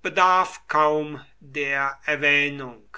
bedarf kaum der erwähnung